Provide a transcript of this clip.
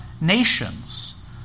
nations